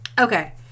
Okay